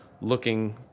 looking